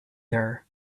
there